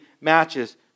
matches